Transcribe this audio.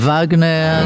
Wagner